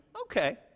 Okay